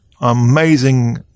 Amazing